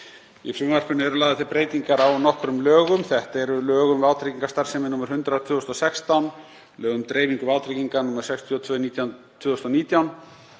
Í frumvarpinu eru lagðar til breytingar á nokkrum lögum. Þetta eru lög um vátryggingastarfsemi, nr. 100/2016, lög um dreifingu vátrygginga, nr. 62/2019,